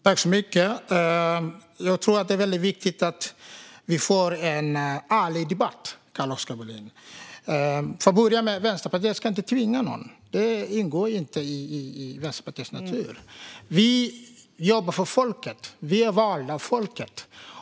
Fru talman! Jag tror att det är väldigt viktigt att vi för en ärlig debatt, Carl-Oskar Bohlin. Först och främst ska Vänsterpartiet inte tvinga någon. Det ligger inte i Vänsterpartiets natur. Vi jobbar för folket och är valda av folket.